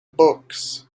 books